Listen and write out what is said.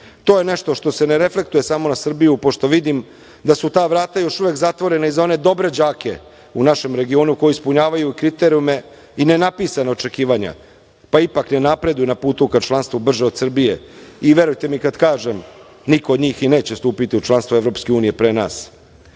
To je nešto što se ne reflektuje samo na Srbiju, pošto vidim da su ta vrata još uvek zatvorena i za one dobre đake u našem regionu koji ispunjavaju kriterijume i nenapisana očekivanja, pa ipak ne napreduju na putu ka članstvu brže od Srbije. I verujte mi kad kažem, niko od njih i neće stupiti u članstvo EU pre nas. Da